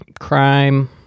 crime